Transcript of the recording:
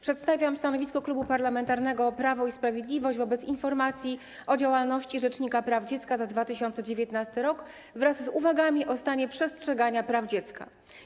Przedstawiam stanowisko Klubu Parlamentarnego Prawo i Sprawiedliwość w sprawie informacji o działalności rzecznika praw dziecka za 2019 r. wraz z uwagami o stanie przestrzegania praw dziecka.